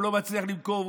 והוא לא מצליח למכור,